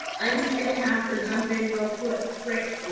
i'm just gonna have her jump in real quick quick